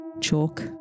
chalk